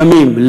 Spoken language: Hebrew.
ימים,